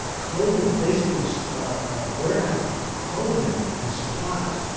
ah clothing basically, so ah warehouses with clothing and and supplies.